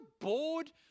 bored